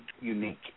unique